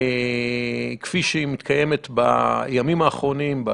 כפי שהיא קיימת בימים האחרונים,